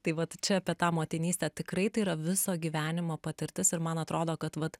tai vat čia apie tą motinystę tikrai tai yra viso gyvenimo patirtis ir man atrodo kad vat